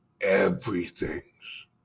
everything's